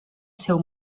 seu